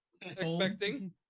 expecting